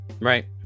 Right